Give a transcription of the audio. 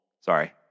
sorry